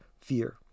fear